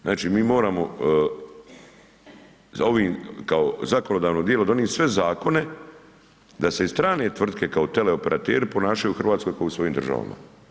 Znači, mi moramo sa ovim kao zakonodavno tijelo donijet sve zakone da se i strane tvrtke kao tele operateri ponašaju u RH kao u svojim državama.